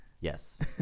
Yes